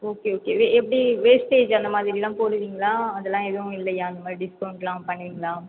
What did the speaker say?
okay okay வே எப்படி wastage அந்த மாதிரில்லாம் போடுவீங்களா அதெல்லாம் எதுவும் இல்லையா அந்த மாதிரி டிஸ்கௌண்ட்லாம் பண்ணுவீங்களா